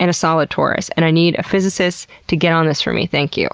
and a solid torus, and i need a physicist to get on this for me, thank you.